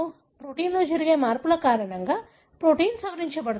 ప్రోటీన్లో జరిగే మార్పుల కారణంగా ప్రోటీన్ సవరించబడుతుంది